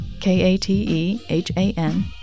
K-A-T-E-H-A-N